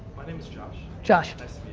my name is josh. josh.